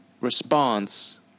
Response